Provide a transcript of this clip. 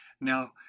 Now